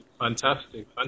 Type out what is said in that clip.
fantastic